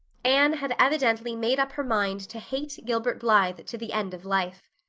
anne had evidently made up her mind to hate gilbert blythe to the end of life.